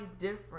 different